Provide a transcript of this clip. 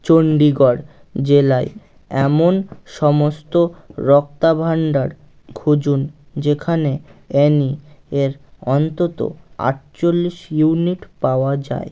চণ্ডীগড় জেলায় এমন সমস্ত রক্তাভাণ্ডার খুঁজুন যেখানে এর অন্তত আটচল্লিশ ইউনিট পাওয়া যায়